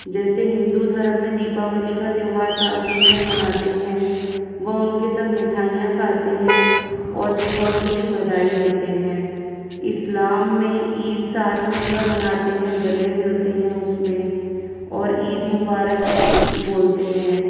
जैसे हिन्दू धर्म में दीपावली का त्योहार साथ मिल कर मनाते हैं व उनके साथ मिठाइयाँ खाते हैं और दीपावली की बधाई देते हैं इस्लाम में ईद साथ मिल कर मनाते हैं गले मिलते हैं उसमें और ईद मुबारक बोलतें हैं